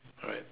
alright